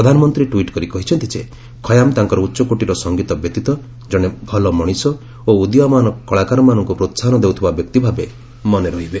ପ୍ରଧାନମନ୍ତ୍ରୀ ଟ୍ୱିଟ୍ କରି କହିଛନ୍ତି ଯେ ଖୟାମ୍ ତାଙ୍କର ଉଚ୍ଚକୋଟିର ସଂଗୀତ ବ୍ୟତୀତ ଜଣେ ଭଲ ମଣିଷ ଓ ଉଦୀୟମାନ କଳାକାରମାନଙ୍କୁ ପ୍ରୋହାହନ ଦେଉଥିବା ବ୍ୟକ୍ତି ଭାବେ ମନେ ରହିବେ